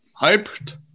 Hyped